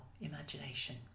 imagination